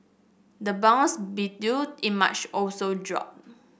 the bonds did due in March also dropped